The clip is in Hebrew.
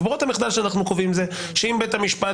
וברירות המחדל שאנחנו קובעים זה שאם בית המשפט